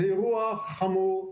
זה אירוע חמור,